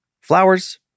Flowers